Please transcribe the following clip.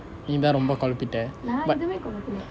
நீ தான் ரொம்ப குழப்பிட்டே:ni thaan romba kulapittae but